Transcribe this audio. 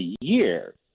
year